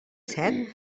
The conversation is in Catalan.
set